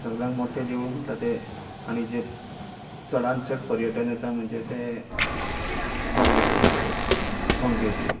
सगळ्यांक मोठे देवूळ म्हणटा ते आणी जे चडान चड पर्यटन येता म्हणजे ते मंगेशाचें देवूळ मंगेशी